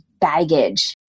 baggage